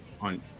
on